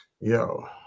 yo